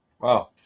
Wow